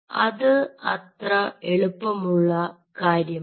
അത് അത്ര എളുപ്പമുള്ള കാര്യമല്ല